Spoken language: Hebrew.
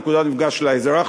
נקודת מפגש לאזרח,